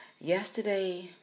Yesterday